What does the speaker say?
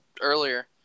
earlier